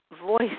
voice